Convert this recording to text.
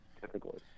Typically